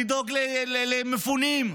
לדאוג למפונים,